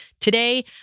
Today